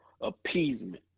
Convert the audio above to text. appeasement